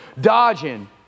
dodging